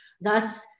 Thus